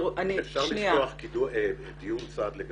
אפשר לפתוח דיון צד.